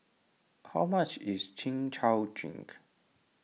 how much is Chin Chow Drink